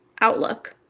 outlook